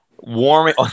warming